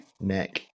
neck